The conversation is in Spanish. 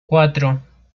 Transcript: cuatro